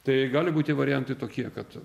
tai gali būti variantai tokie kad